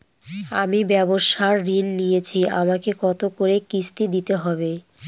আমি ব্যবসার ঋণ নিয়েছি আমাকে কত করে কিস্তি দিতে হবে?